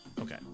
Okay